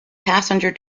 passenger